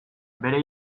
bere